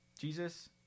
Jesus